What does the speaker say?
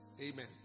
Amen